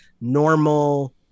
normal